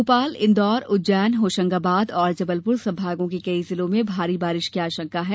भोपाल इंदौर उज्जैन होशंगाबाद और जबलपुर संभागों के कई जिलों में भारी बारिश की आशंका है